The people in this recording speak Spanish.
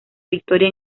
victoria